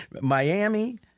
Miami